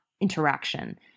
interaction